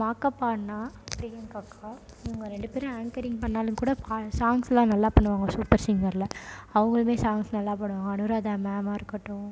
மாகாபா அண்ணா பிரியங்கா அக்கா இவங்க ரெண்டு பேரும் ஆங்கரிங் பண்ணாலும் கூட பா சாங்ஸுலாம் நல்லா பண்ணுவாங்க சூப்பர் சிங்கரில் அவங்களுமே சாங்ஸ் நல்லா பாடுவாங்க அனுராதா மேமாக இருக்கட்டும்